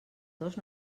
dos